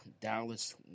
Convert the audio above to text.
Dallas